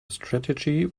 strategy